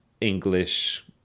English